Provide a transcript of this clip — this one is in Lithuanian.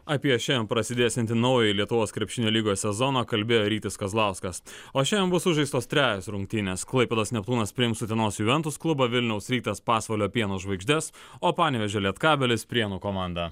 apie šiandien prasidėsiantį naują lietuvos krepšinio lygos sezoną kalbėjo rytis kazlauskas o šiandien bus sužaistos trejos rungtynės klaipėdos neptūnas priims utenos juventus klubą vilniaus rytas pasvalio pieno žvaigždes o panevėžio lietkabelis prienų komandą